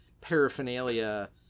paraphernalia